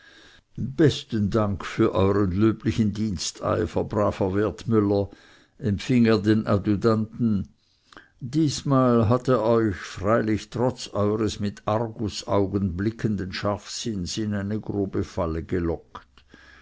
besten dank für euern löblichen diensteifer braver wertmüller empfing er den adjutanten diesmal hat er euch freilich trotz eures mit argusaugen blickenden scharfsinns in eine grobe falle gelockt